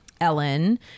Ellen